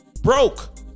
broke